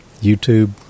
YouTube